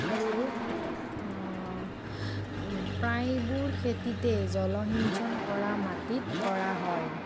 আৰু প্ৰায়বোৰ খেতিতে জলসিঞ্চন কৰা মাটিত কৰা হয়